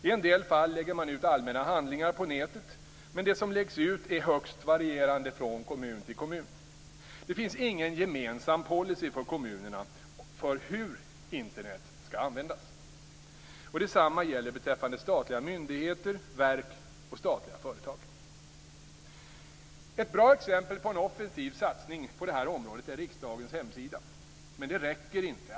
I en del fall lägger man ut allmänna handlingar på nätet, men det som läggs ut är högst varierande från kommun till kommun. Det finns ingen gemensam policy för kommunerna för hur Internet skall användas. Detsamma gäller beträffande statliga myndigheter, verk och statliga företag. Ett bra exempel på en offensiv satsning på det här området är riksdagens hemsida. Men det räcker inte.